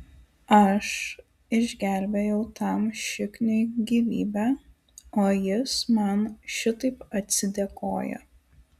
aš išgelbėjau tam šikniui gyvybę o jis man šitaip atsidėkoja